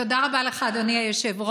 תודה רבה לך, אדוני היושב-ראש.